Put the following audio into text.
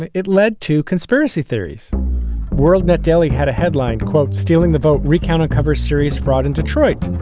it it led to conspiracy theories world net daily had a headline, quote, stealing the vote recount uncovers serious fraud in detroit.